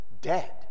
dead